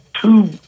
two